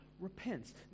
repents